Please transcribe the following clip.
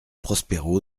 prospero